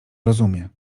rozumie